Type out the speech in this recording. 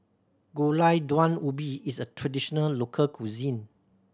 Gulai Daun Ubi is a traditional local cuisine